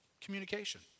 Communication